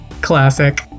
Classic